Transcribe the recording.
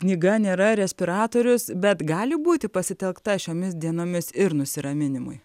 knyga nėra respiratorius bet gali būti pasitelkta šiomis dienomis ir nusiraminimui